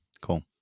Cool